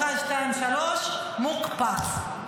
אחת, שתיים, שלוש, מוקפץ.